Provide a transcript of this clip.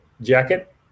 Jacket